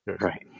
right